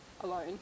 alone